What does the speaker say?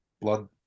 blood